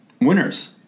winners